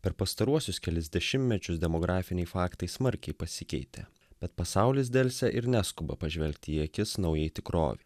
per pastaruosius kelis dešimtmečius demografiniai faktai smarkiai pasikeitė bet pasaulis delsia ir neskuba pažvelgti į akis naujai tikrovei